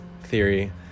theory